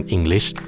English